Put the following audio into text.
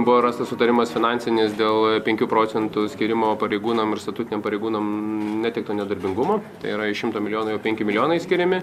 buvo rastas sutarimas finansinis dėl penkių procentų skyrimo pareigūnam ir statutiniam pareigūnam netekto nedarbingumo tai yra iš šimto milijonų jau penki milijonai skiriami